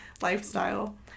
lifestyle